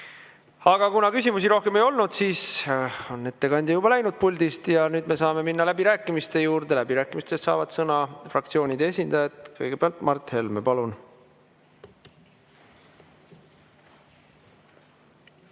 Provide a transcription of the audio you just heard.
Aga kuna küsimusi rohkem ei olnud, siis on ettekandja juba puldist läinud ja me saame minna läbirääkimiste juurde. Läbirääkimistel saavad sõna fraktsioonide esindajad. Kõigepealt Mart Helme, palun!